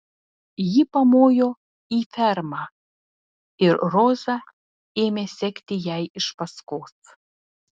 ji pamojo į fermą ir roza ėmė sekti jai iš paskos